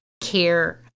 care